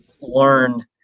learn